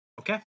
Okay